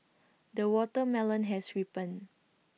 the watermelon has ripened